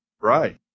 Right